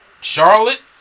Charlotte